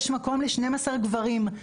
יש מקום ל-12 גברים,